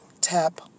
tap